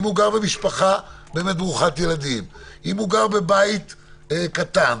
אם הוא גר עם משפחה ברוכת ילדים בבית קטן,